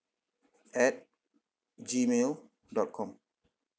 at G mail dot com